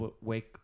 Wake